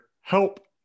help